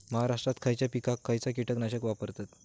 महाराष्ट्रात खयच्या पिकाक खयचा कीटकनाशक वापरतत?